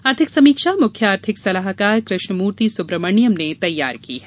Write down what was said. आर्थिक समीक्षा मुख्य आर्थिक सलाहकार कृष्णमूर्ति सुब्रहमण्यम ने तैयार की है